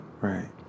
right